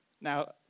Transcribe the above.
Now